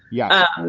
yeah.